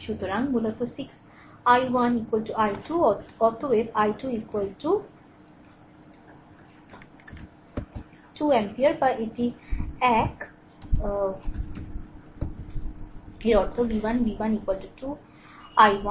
সুতরাং মূলত 6 i 1 12 অতএব i1 2 অ্যাম্পিয়ার বা এটি এক এর অর্থ v 1 v 1 2 i 1